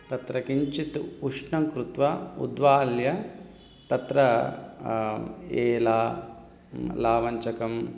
तत्र किञ्चित् उष्णं कृत्वा उद्वाल्य तत्र एला लावञ्चकम्